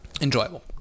Enjoyable